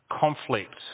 conflict